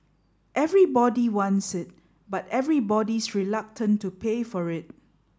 everybody wants it but everybody's reluctant to pay for it